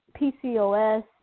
PCOS